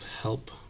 help